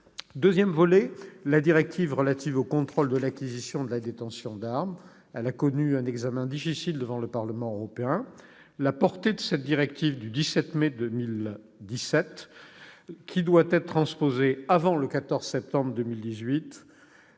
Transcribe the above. texte porte sur la directive relative au contrôle de l'acquisition et de la détention d'armes, laquelle a connu un examen difficile devant le Parlement européen. La portée de cette directive du 17 mai 2017, qui doit être transposée avant le 14 septembre 2018,